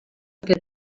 per